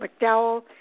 McDowell